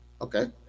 Okay